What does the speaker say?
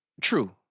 True